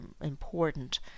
important